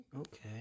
okay